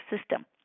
system